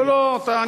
לא, לא.